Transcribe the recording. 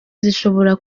zishobora